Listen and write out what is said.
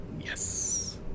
Yes